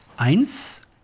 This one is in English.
Eins